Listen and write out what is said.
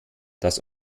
das